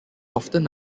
often